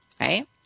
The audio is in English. right